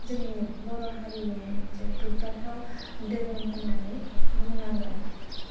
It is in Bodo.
जोंनि बर 'हारिनि मोनसे गोग्गाथाव दोरों होननानै बुंनांगोन